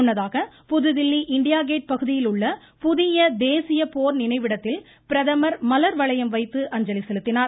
முன்னதாக புதுதில்லி Indian gate பகுதியில் உள்ள புதிய தேசிய போர் நினைவிடத்தில் பிரதமர் மலர் வளையம் வைத்து அஞ்சலி செலுத்தினார்